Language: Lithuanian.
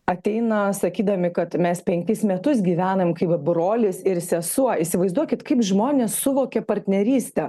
ateina sakydami kad mes penkis metus gyvenam kaip brolis ir sesuo įsivaizduokit kaip žmonės suvokia partnerystę